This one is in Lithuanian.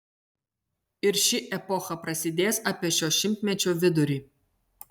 ir ši epocha prasidės apie šio šimtmečio vidurį